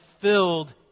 filled